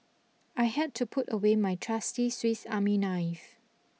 I had to put away my trusty Swiss Army knife